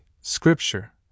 scripture